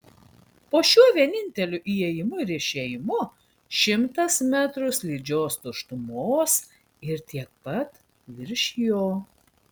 po šiuo vieninteliu įėjimu ir išėjimu šimtas metrų slidžios tuštumos ir tiek pat virš jo